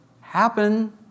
happen